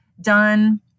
done